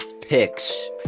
picks